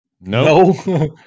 No